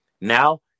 Now